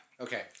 Okay